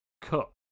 cut